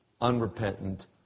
unrepentant